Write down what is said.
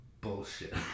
bullshit